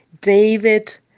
David